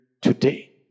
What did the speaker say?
today